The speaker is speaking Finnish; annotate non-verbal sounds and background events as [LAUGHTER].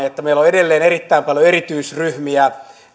[UNINTELLIGIBLE] että tässä meidän suomenmaassa on edelleen erittäin paljon erityisryhmiä